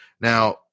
Now